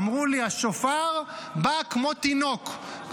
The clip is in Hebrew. ואמרו לי: השופר בא כמו תינוק,